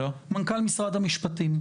מנכ״ל משרד המשפטים.